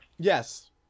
Yes